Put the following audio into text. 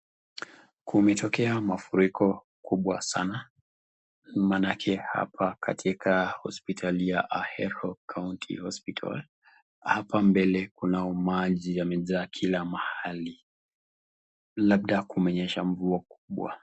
Kumetokea mafuriko kubwa sana maanake hapa katika hospitali ya Ahero County Hospital, hapa mbele kunao maji yamejaa kila mahali. Labda kumenyesha mvua kubwa.